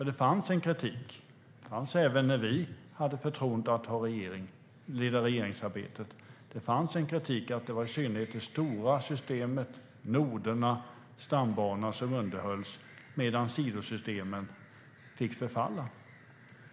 Det fanns en kritik, och det fanns det även när vi hade förtroende att leda regeringsarbetet, att det i synnerhet var det stora systemet, noderna och stambanan som underhölls, medan sidosystemen fick förfalla.